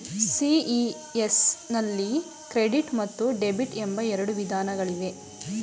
CES ನಲ್ಲಿ credit ಮತ್ತು debit ಎಂಬ ಎರಡು ವಿಧಾನಗಳಿವೆ